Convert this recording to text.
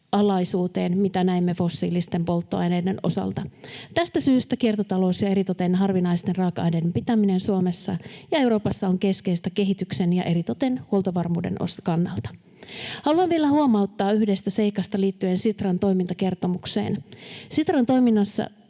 alaisuuteen, mitä näimme fossiilisten polttoaineiden osalta. Tästä syystä kiertotalous ja eritoten harvinaisten raaka-aineiden pitäminen Suomessa ja Euroopassa on keskeistä kehityksen ja eritoten huoltovarmuuden kannalta. Haluan vielä huomauttaa yhdestä seikasta liittyen Sitran toimintakertomukseen. Sitran toiminnassa